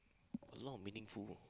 a lot of meaningful